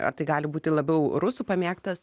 ar tai gali būti labiau rusų pamėgtas